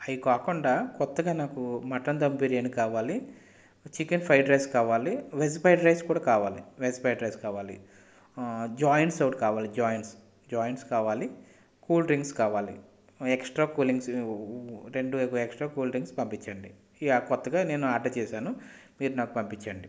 అవి కాకుండా క్రొత్తగా నాకు మటన్ దమ్ బిర్యానీ కావాలి చికెన్ ఫ్రైడ్ రైస్ కావాలి వెజ్ ఫ్రైడ్ రైస్ కూడా కావాలి వెజ్ ఫ్రైడ్ కావాలి జాయింట్స్ ఒకటి కావాలి జాయింట్స్ జాయింట్స్ కావాలి కూల్ డ్రింక్స్ కావాలి ఎక్స్ట్రా కూల్ డ్రింక్స్ రెండు ఎక్సట్రా కూల్ డ్రింక్స్ పంపించండి ఇక క్రొత్తగా నేను ఆర్డర్ చేసాను మీరు నాకు పంపించండి